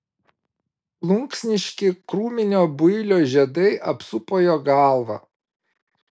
plunksniški krūminio builio žiedai apsupo jo galvą